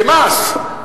כמס.